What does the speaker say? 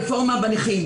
ברפורמה בנכים